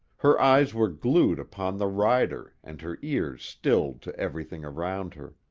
her eyes were glued upon the rider and her ears stilled to everything around her.